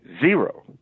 zero